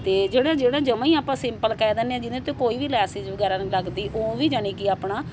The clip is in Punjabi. ਅਤੇ ਜਿਹੜਾ ਜਿਹੜਾ ਜਮਾਂ ਹੀ ਆਪਾਂ ਸਿੰਪਲ ਕਹਿ ਦਿੰਦੇ ਜਿਹਦੇ 'ਤੇ ਕੋਈ ਵੀ ਲੈਸਸ ਵਗੈਰਾ ਨਹੀਂ ਲੱਗਦੀ ਉਹ ਵੀ ਯਾਨੀ ਕਿ ਆਪਣਾ